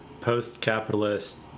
post-capitalist